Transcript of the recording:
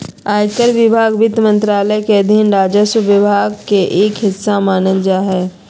आयकर विभाग वित्त मंत्रालय के अधीन राजस्व विभाग के एक हिस्सा मानल जा हय